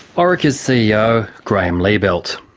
orica's ceo, graeme liebelt.